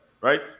right